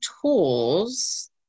tools